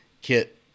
kit